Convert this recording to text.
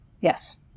yes